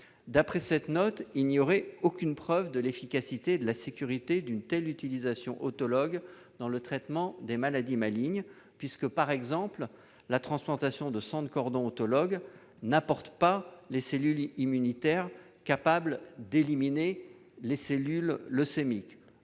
rappelle qu'« il n'y a actuellement aucune preuve de l'efficacité et de la sécurité d'une telle utilisation autologue dans le traitement des maladies malignes ». Elle considère par exemple que la transplantation de sang de cordon autologue n'apporte pas les cellules immunitaires capables d'éliminer les cellules leucémiques,